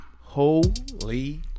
Holy